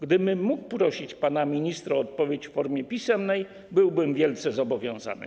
Gdybym mógł prosić panią minister o odpowiedź w formie pisemnej, byłbym wielce zobowiązany.